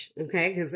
okay